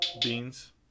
Beans